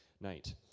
night